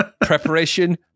Preparation